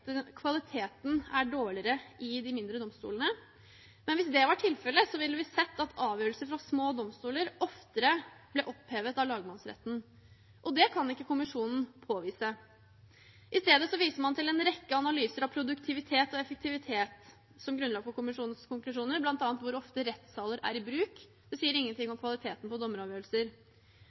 kvaliteten er dårligere i de mindre domstolene, men hvis det var tilfellet, ville vi sett at avgjørelser fra små domstoler oftere ble opphevet av lagmannsretten, og det kan ikke kommisjonen påvise. I stedet viser man til en rekke analyser av produktivitet og effektivitet som grunnlag for kommisjonens konklusjoner, bl.a. hvor ofte rettssaler er i bruk. Det sier ingenting om kvaliteten på dommeravgjørelser.